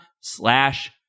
slash